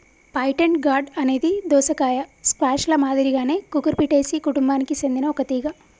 pointed gourd అనేది దోసకాయ, squash ల మాదిరిగానే కుకుర్చిటేసి కుటుంబానికి సెందిన ఒక తీగ